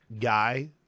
guy